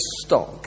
stock